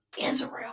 Israel